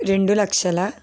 రెండు లక్షల